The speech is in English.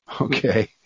okay